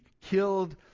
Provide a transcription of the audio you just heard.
killed